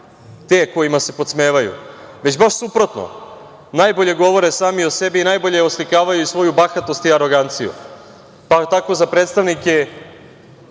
te kojima se podsmevaju, već baš suprotno. Najbolje govore sami o sebi i najbolje oslikavaju svoju bahatost i aroganciju. Pa tako za predstavnike